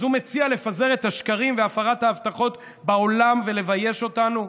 אז הוא מציע לפזר את השקרים והפרת ההבטחות בעולם ולבייש אותנו.